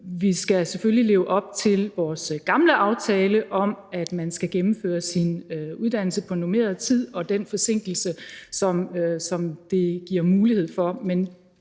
at leve op til vores gamle aftale om, at man skal gennemføre sin uddannelse på normeret tid med den forsinkelse, som der gives mulighed for.